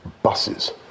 Buses